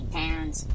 pounds